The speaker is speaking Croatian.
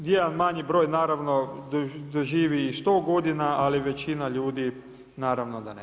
Jedan manji broj naravno doživi i 100 godina ali većina ljudi naravno da ne.